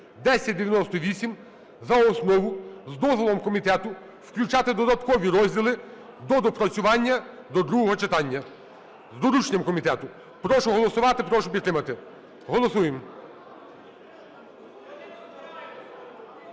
(1098) за основу з дозволом комітету включати додаткові розділи до доопрацювання до другого читання, з дорученням комітету. Прошу голосувати. Прошу підтримати. Голосуємо.